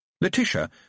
Letitia